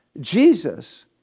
Jesus